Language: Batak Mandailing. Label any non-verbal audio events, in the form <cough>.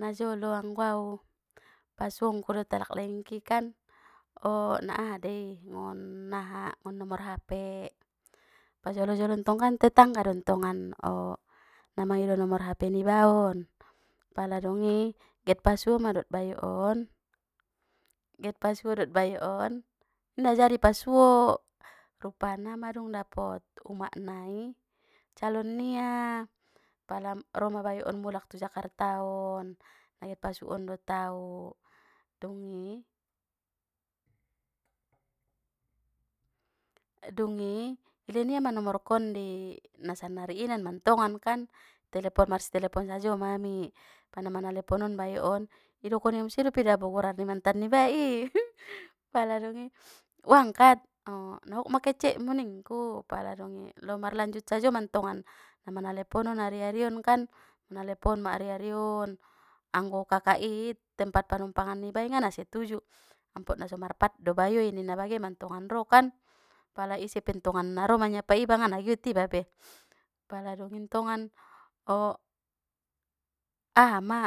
Najolo anggo au pasuongku dot alaklaingki kan o na aha dei ngon aha ngon nomor hape pajolo-jolo ntong kan tetangga don ntongan o na mangido nomor hape nibaon pala dungi get pasuo ma dot bayo on, get pasuo dot bayo on inda jadi pasuo rupana madung dapot umak nai calon nia pala roma bayo on mulak tu jakarta on, na get pasuoon dot au dungi. Dungi i len ia ma nomorkon di na sannari inan mantongan kan, telepon marsiteleponan sajo mami pa na manalepon on bayo on idokon ia muse dope dabo gorarni mantan nibai i <noise> pala dung i uangkat nagok ma kecekmu ningku pala dungi lao marlanjut sajo mantongan na manalepon on ari-arion kan manalepon ma ari-arion anggo kakak i tempat panumpangan nibai ngana setuju ampot na so marpat do bayoi ninna bagen mantongan ro kan, pala isepe ntongan na ro manyapai iba ngana giot ibabe pala dungi ntongan o, aha ma